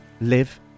live